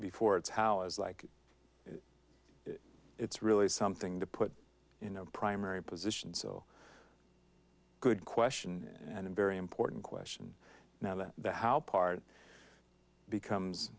before it's how it's like it's really something to put in a primary position so good question and very important question now that the how part becomes